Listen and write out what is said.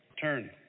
turn